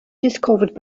discovered